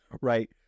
Right